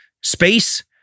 space